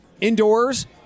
indoors